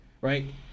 right